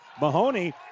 Mahoney